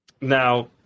Now